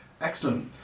Excellent